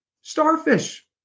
starfish